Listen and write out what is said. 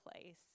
place